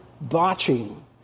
botching